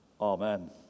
amen